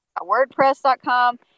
WordPress.com